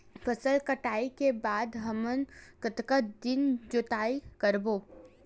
फसल कटाई के बाद हमन कतका दिन जोताई करबो?